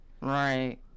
right